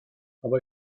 aber